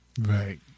Right